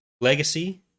Legacy